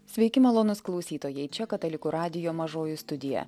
sveiki malonūs klausytojai čia katalikų radijo mažoji studija